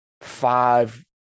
five